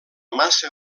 massa